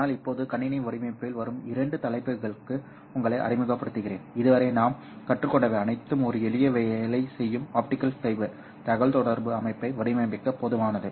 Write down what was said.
ஆனால் இப்போது கணினி வடிவமைப்பில் வரும் இரண்டு தலைப்புகளுக்கு உங்களை அறிமுகப்படுத்துகிறேன் இதுவரை நாம் கற்றுக்கொண்டவை அனைத்தும் ஒரு எளிய வேலை செய்யும் ஆப்டிகல் ஃபைபர் தகவல்தொடர்பு அமைப்பை வடிவமைக்க போதுமானது